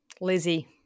Lizzie